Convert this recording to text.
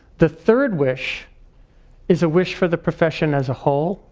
the third wish is a wish for the profession as a whole.